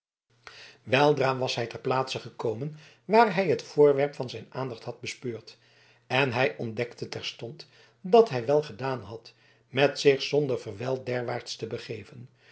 weldra was hij ter plaatse gekomen waar hij het voorwerp van zijn aandacht had bespeurd en hij ontdekte terstond dat hij welgedaan had met zich zonder verwijl derwaarts te begeven